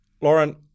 Lauren